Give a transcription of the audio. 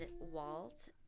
Walt